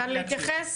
רוצה להתייחס?